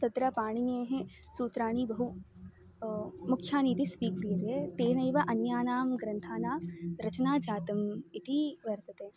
तत्र पाणिनेः सूत्राणि बहु मुख्यानि इति स्वीक्रियते तेनैव अन्यानां ग्रन्थानां रचना जाता इति वर्तते